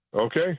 Okay